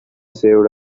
saved